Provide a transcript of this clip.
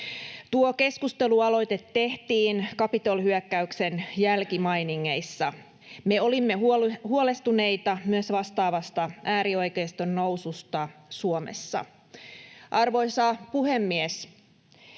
Tuo keskustelualoite tehtiin Capitol-hyökkäyksen jälkimainingeissa. Me olimme huolestuneita myös vastaavasta äärioikeiston noususta Suomessa. Arvoisa puhemies!